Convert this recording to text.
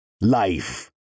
Life